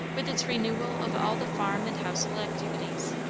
with its renewal of all the farm and household activities.